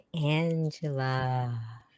Angela